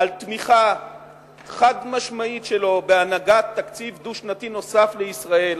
על תמיכה חד-משמעית שלו בהנהגת תקציב דו-שנתי נוסף למדינת ישראל,